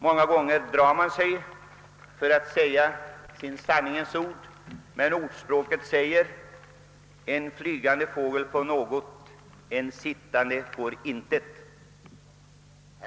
Många gånger drar man sig för att säga sanningens ord, men ordspråket säger: »En flygande fågel får något, en sittande får intet.»